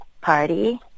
Party